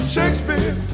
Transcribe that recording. Shakespeare